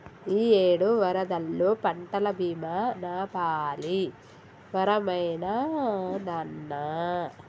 ఇయ్యేడు వరదల్లో పంటల బీమా నాపాలి వరమైనాదన్నా